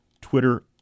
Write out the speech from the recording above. Twitter